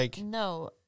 No